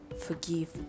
forgive